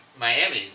Miami